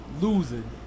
losing